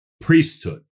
priesthood